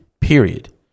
period